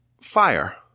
fire